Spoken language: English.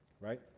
right